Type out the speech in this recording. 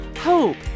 hope